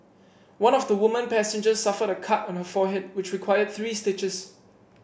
one of the woman passengers suffered a cut on her forehead which required three stitches